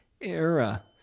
era